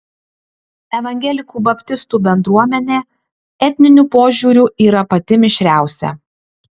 evangelikų baptistų bendruomenė etniniu požiūriu yra pati mišriausia